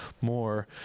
more